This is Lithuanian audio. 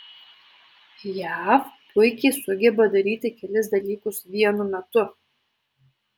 jav puikiai sugeba daryti kelis dalykus vienu metu